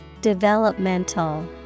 Developmental